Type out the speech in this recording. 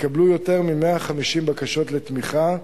והתקבלו יותר מ-150 בקשות לתמיכה.